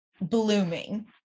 blooming